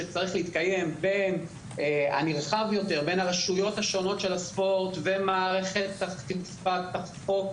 שצריך להתקיים בין הרשויות השונות של הספורט ומערכת אכיפת החוק.